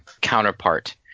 counterpart